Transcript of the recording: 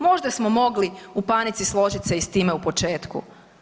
Možda smo mogli u panici složiti se i s time u početku?